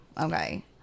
okay